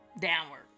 downward